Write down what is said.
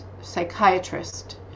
psychiatrist